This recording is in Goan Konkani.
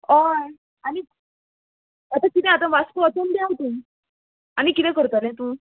हय आनी आतां किदें आतां वास्को वचोन देंव तूं आनी किदें करतलें तूं